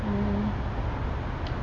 ((mmhmm)m)